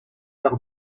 par